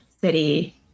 city